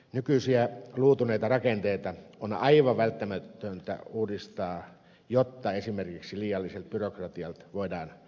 nykyisiä luutuneita rakenteita on aivan välttämätöntä uudistaa jotta esimerkiksi liialliselta byrokratialta voidaan välttyä